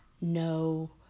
No